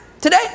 today